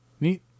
Neat